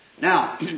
Now